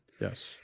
Yes